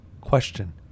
question